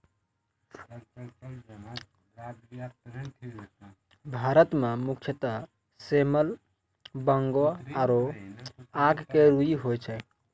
भारत मं मुख्यतः सेमल, बांगो आरो आक के रूई होय छै